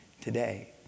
today